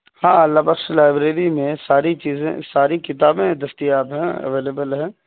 ہاں اللہ بخش لائبریری میں ساری چیزیں ساری کتابیں دستیاب ہیں اویلیبل ہیں